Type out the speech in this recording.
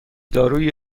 دارویی